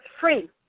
free